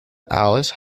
alice